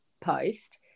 post